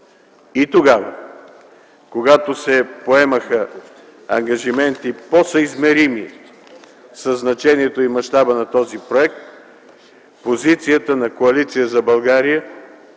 И тогава, когато се поемаха ангажименти - съизмерими със значението и мащаба на този проект, позицията на Коалиция за България